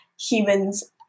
humans